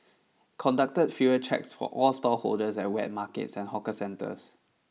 conducted fever checks for all stallholders at wet markets and hawker centres